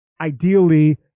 ideally